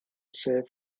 save